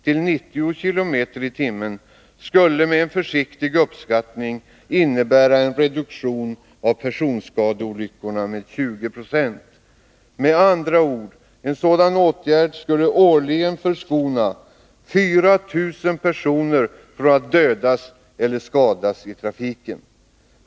till 90 km/tim. skulle, med en försiktig uppskattning, innebära en reduktion av personskadeolyckorna med 20 20. Med andra ord: en sådan åtgärd skulle årligen förskona 4 000 personer från att dödas eller skadas i trafiken.